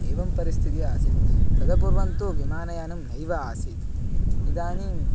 एवं परिस्थितिः आसीत् तत पूर्वं तु विमानयानं नैव आसीत् इदानीम्